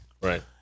Right